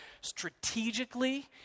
strategically